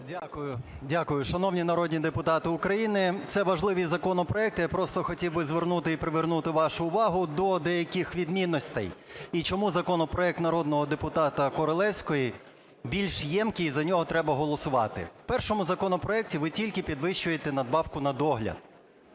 Дякую. Шановні народні депутати України, це важливий законопроект. Я просто хотів би звернути і привернути вашу увагу до деяких відмінностей і чому законопроект народного депутата Королевської більш ємкий і за нього треба голосувати. В першому законопроекті ви тільки підвищуєте надбавку на догляд,